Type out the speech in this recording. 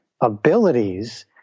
abilities